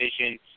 vision